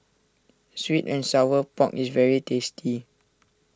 Sweet and Sour Pork is very tasty